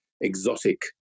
exotic